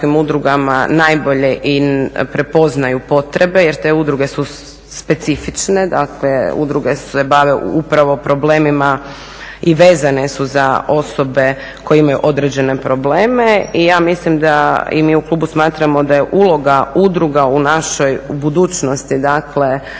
udruge se bave upravo problemima i vezane su za osobe koje imaju određene probleme. I ja mislim da i mi u klubu smatramo da je uloga udruga u našoj budućnosti, dakle